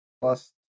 Plus